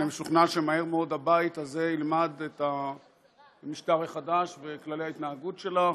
אני משוכנע שמהר מאוד הבית הזה ילמד את המשטר החדש וכללי ההתנהגות שלך,